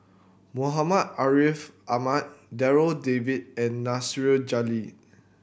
Muhammad Ariff Ahmad Darryl David and Nasir Jalil